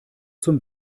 zum